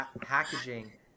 Packaging